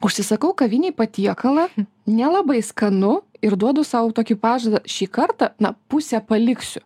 užsisakau kavinėj patiekalą nelabai skanu ir duodu sau tokį pažadą šį kartą na pusę paliksiu